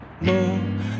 No